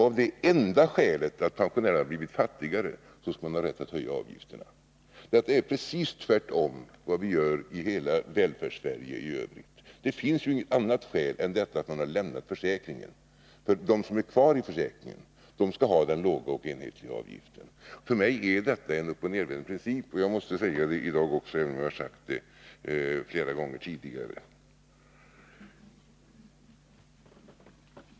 Av det enda skälet att pensionären har blivit fattigare skall man ha rätt att höja avgifterna! Det är precis tvärtemot vad vi gör i hela Välfärdssverige i övrigt. Det finns nämligen inget annat skäl än att han har lämnat försäkringen för att höja avgiften! För den som är kvar i försäkringen skall den låga och enhetliga avgiften gälla. För mig är detta en helt felaktig princip — jag måste säga det också i dag, även om jag har gjort det flera gånger tidigare.